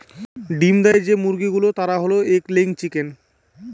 ডিম দেয় যে মুরগি গুলো তারা হল এগ লেয়িং চিকেন